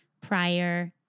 prior